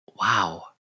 Wow